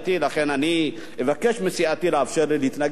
ולכן אני אבקש מסיעתי לאפשר לי להתנגד,